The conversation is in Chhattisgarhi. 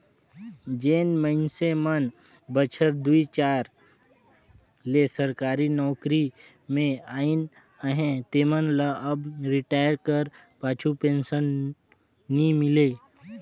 जेन मइनसे मन बछर दुई हजार चार ले सरकारी नउकरी में अइन अहें तेमन ल अब रिटायर कर पाछू पेंसन नी मिले